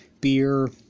beer